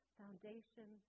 foundation